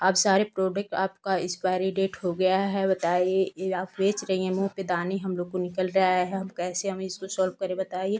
आप सारा प्रोडक्ट आपका एक्सपाइरी डेट हो गया है बताइए यह आप बेच रही हैं मुँह पर दाने हमलोग को निकल रहे हैं हम कैसे हम इसको सॉल्व करें बताइए